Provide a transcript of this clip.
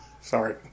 Sorry